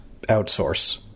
outsource